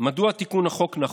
מדוע תיקון החוק נחוץ.